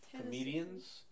comedians